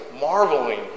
marveling